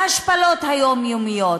להשפלות היומיומיות,